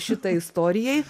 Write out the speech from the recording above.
šitą istorijai